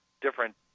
different